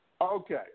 Okay